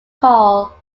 call